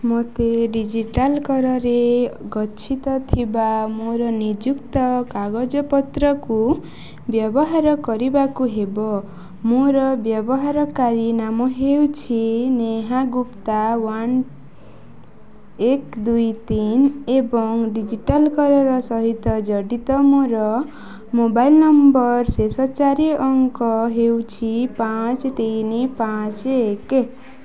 ମୋତେ D G ଲକର୍ରେ ଗଚ୍ଛିତ ଥିବା ମୋର ନିଯୁକ୍ତି କାଗଜପତ୍ରକୁ ବ୍ୟବହାର କରିବାକୁ ହେବ ମୋର ବ୍ୟବହାରକାରୀ ନାମ ହେଉଛି ନେହା ଗୁପ୍ତା ୱାନ୍ ଏକ ଦୁଇ ତିନି ଏବଂ ଡି ଜି ଲକର୍ ସହିତ ଜଡ଼ିତ ମୋର ମୋବାଇଲ୍ ନମ୍ବରର ଶେଷ ଚାରି ଅଙ୍କ ହେଉଛି ପାଞ୍ଚ ତିନି ପାଞ୍ଚ ଏକ